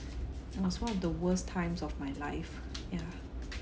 it was one of the worst times of my life yeah